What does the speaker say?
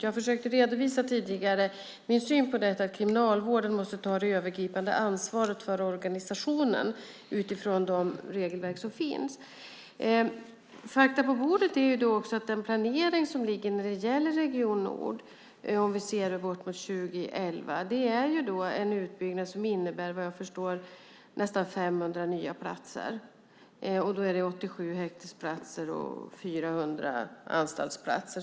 Jag försökte tidigare redovisa för min syn att Kriminalvården måste ta det övergripande ansvaret för organisationen utifrån de regelverk som finns. Fakta på bordet är att den planering som ligger när det gäller Region Nord, om vi ser bort mot 2011, är en utbyggnad som vad jag förstår innebär nästan 500 nya platser. Då är det 87 häktesplatser och 400 anstaltsplatser.